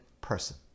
person